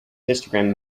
histogram